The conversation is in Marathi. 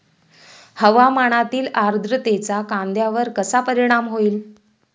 हवामानातील आर्द्रतेचा कांद्यावर कसा परिणाम होईल?